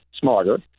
smarter